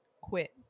quit